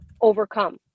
overcome